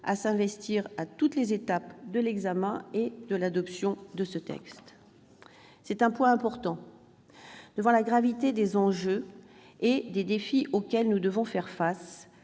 à s'investir à toutes les étapes de l'examen et de l'adoption de ce texte. C'est un point important : devant la gravité des enjeux et des défis auxquels nous devons faire face,